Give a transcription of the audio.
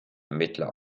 ermittler